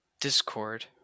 Discord